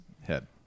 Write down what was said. head